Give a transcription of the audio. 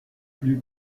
plus